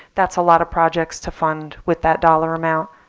that's a lot of projects to fund with that dollar amount.